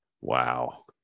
Wow